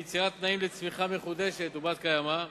ליצירת תנאים לצמיחה מחודשת ובת-קיימא,